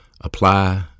apply